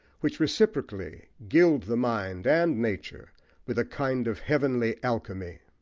which reciprocally gild the mind and nature with a kind of heavenly alchemy.